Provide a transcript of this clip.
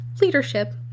leadership